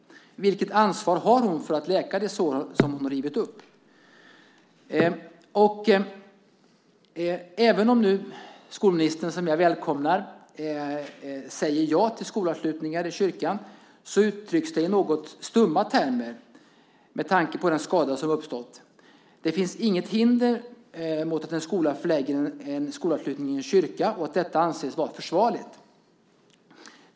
Vilket ansvar har hon för att läka de sår som hon har rivit upp? Även om nu skolministern, vilket jag välkomnar, säger ja till skolavslutningar i kyrkan uttrycks det i något stumma termer med tanke på den skada som har uppstått. Det finns inget hinder mot att en skola förlägger en skolavslutning till en kyrka, och detta anses vara försvarligt.